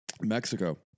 Mexico